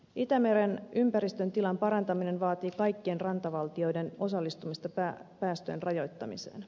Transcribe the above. itämeren ympäristön tilan parantaminen vaatii kaikkien rantavaltioiden osallistumista päästöjen rajoittamiseen